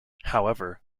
however